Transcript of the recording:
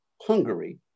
hungary